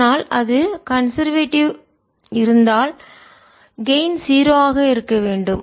ஆனால் அது கான்செர்வ்டிவ் இருந்தால்கெயின் ஆதாயம் 0 ஆக இருக்க வேண்டும்